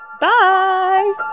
Bye